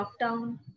lockdown